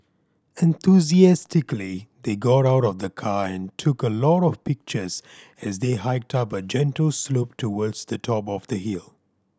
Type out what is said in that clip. enthusiastically they got out of the car and took a lot of pictures as they hiked up a gentle slope towards the top of the hill